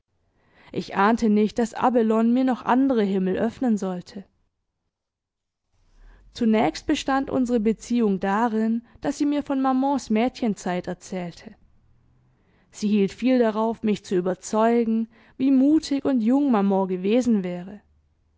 ich ahnte nicht daß abelone mir noch andere himmel öffnen sollte zunächst bestand unsere beziehung darin daß sie mir von mamans mädchenzeit erzählte sie hielt viel darauf mich zu überzeugen wie mutig und jung maman gewesen wäre